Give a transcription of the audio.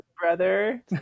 brother